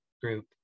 group